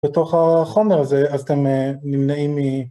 בתוך החומר הזה אז אתם נמנעים מ...